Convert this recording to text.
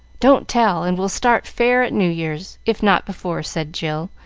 don't tell, and we'll start fair at new year's, if not before, said jill,